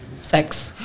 sex